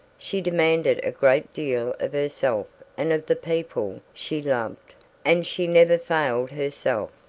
she demanded a great deal of herself and of the people she loved and she never failed herself.